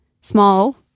Small